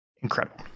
Incredible